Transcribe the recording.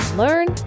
learn